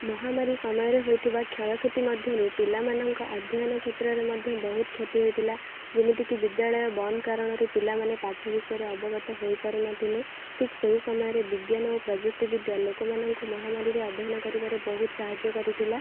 ମହାମାରୀ ସମୟରେ ହୋଇଥିବା କ୍ଷୟକ୍ଷତିମଧ୍ୟରୁ ପିଲାମାନଙ୍କ ଅଧ୍ୟୟନ କ୍ଷେତ୍ରରେ ମଧ୍ୟ ବହୁତ କ୍ଷତି ହୋଇଥିଲା ଯେମିତିକି ବିଦ୍ୟାଳୟ ବନ୍ଦ କାରଣରୁ ପିଲାମାନେ ପାଠ ବିଷୟରେ ଅବଗତ ହୋଇପାରୁ ନ ଥିଲେ ଠିକ୍ ସେହି ସମୟରେ ବିଜ୍ଞାନ ଓ ପ୍ରଯୁକ୍ତିବିଦ୍ୟା ଲୋକମାନଙ୍କୁ ମହାମାରୀରେ ଅଧ୍ୟୟନ କରିବାରେ ବହୁତ ସାହାଯ୍ୟ କରିଥିଲା